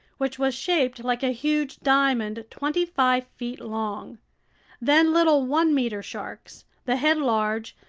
which was shaped like a huge diamond twenty-five feet long then little one-meter sharks, the head large,